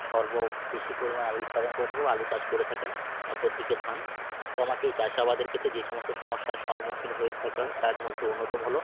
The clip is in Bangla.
সর্ব বেশি পরিমাণ আলু উৎপাদন করে থাকে বা আলু চাষ করে থাকেন অপর দিকে ধান তো আমাকে এই চাষ আবাদের ক্ষেত্রে যে সমস্ত সমস্যার সম্মুখীন হয়ে থাকা তার মধ্যে অন্যতম হলো